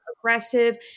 aggressive